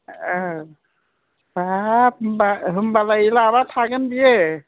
बाब होमबा होमबालाय लाबा थागोन बेयो